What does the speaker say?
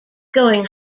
going